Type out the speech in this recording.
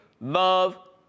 love